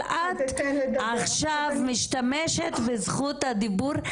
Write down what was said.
אבל את עכשיו משתמשת בזכות הדיבור,